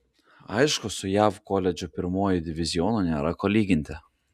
aišku su jav koledžų pirmuoju divizionu nėra ko lyginti